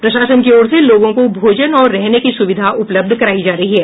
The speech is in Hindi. प्रशासन की ओर से लोगों को भोजन और रहने की सुविधा उपलब्ध करायी जा रही है